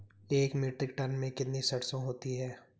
एक metric tonne में कितनी सरसों होती है?